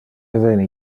eveni